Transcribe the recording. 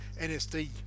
nsd